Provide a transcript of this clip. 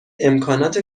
امکانات